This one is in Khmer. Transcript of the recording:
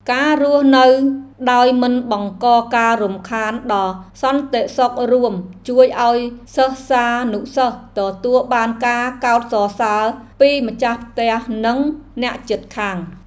ការរស់នៅដោយមិនបង្កការរំខានដល់សន្តិសុខរួមជួយឱ្យសិស្សានុសិស្សទទួលបានការកោតសរសើរពីម្ចាស់ផ្ទះនិងអ្នកជិតខាង។